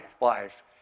life